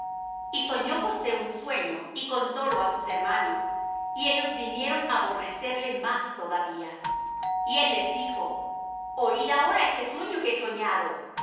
y soñó josé un sueño y contólo á sus hermanos y ellos vinieron á aborrecerle más todavía y él les dijo oíd ahora este sueño que he soñado